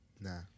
nah